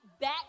back